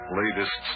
latest